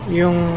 yung